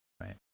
Right